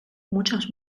muchos